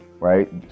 right